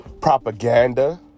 propaganda